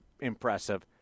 impressive